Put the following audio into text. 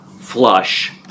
flush